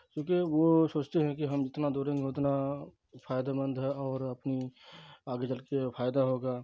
کیونکہ وہ سوچتے ہیں کہ ہم جتنا دوڑیں گے اتنا فائدہ مند ہے اور اپنی آگے چل کے فائدہ ہوگا